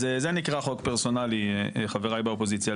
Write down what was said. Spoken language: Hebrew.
אז זה נקרא חוק פרסונלי, חבריי באופוזיציה.